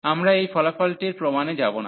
আমরা এই ফলাফলটির প্রমাণে যাব না